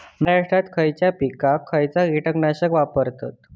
महाराष्ट्रात खयच्या पिकाक खयचा कीटकनाशक वापरतत?